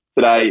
today